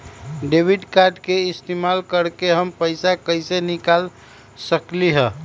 Debit card के इस्तेमाल करके हम पैईसा कईसे निकाल सकलि ह?